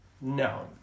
No